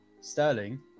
Sterling